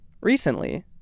Recently